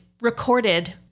recorded